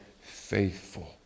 faithful